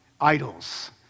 idols